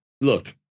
look